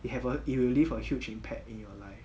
you have a it will leave a huge impact in your life